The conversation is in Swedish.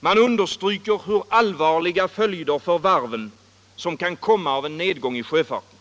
Man understryker hur allvarliga följder för varven som kan komma av en nedgång i sjöfarten.